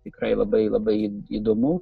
tikrai labai labai įdomu